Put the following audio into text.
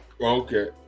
Okay